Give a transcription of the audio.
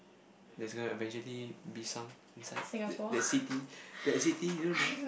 that's gonna eventually be some beside that city that city you don't know